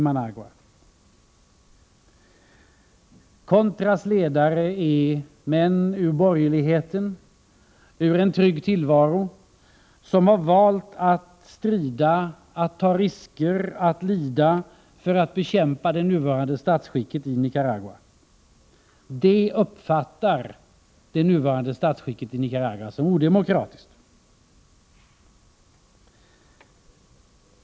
Contras ledare är män ur borgerligheten, ur en trygg tillvaro, som har valt att strida, att ta risker, att lida för att bekämpa det nuvarande statsskicket i Nicaragua. De uppfattar detta statsskick som odemokratiskt.